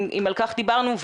גם על כך דיברנו,